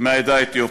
מהעדה האתיופית.